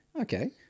Okay